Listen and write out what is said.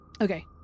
Okay